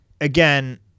again